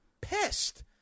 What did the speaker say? pissed